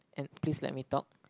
and please let me talk